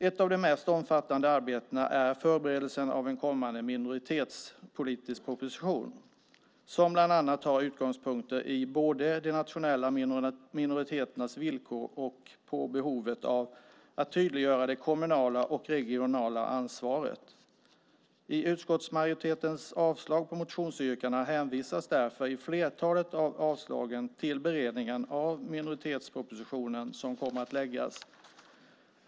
Ett av de mest omfattande arbetena är förberedelsen av en kommande minoritetspolitisk proposition som bland annat har utgångspunkter i de nationella minoriteternas villkor och i behovet av att tydliggöra det kommunala och regionala ansvaret. I flertalet av utskottsmajoritetens avstyrkanden av motionsyrkandena hänvisas det därför till beredningen av minoritetspropositionen som kommer att läggas fram.